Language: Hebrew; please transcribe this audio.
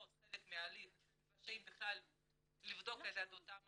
חלק מההליך רשאים בכלל לבדוק את יהדותם,